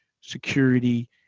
security